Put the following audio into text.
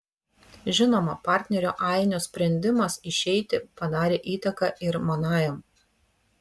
žinoma partnerio ainio sprendimas išeiti padarė įtaką ir manajam